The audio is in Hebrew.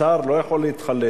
שר לא יכול להתחלף.